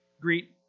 Greet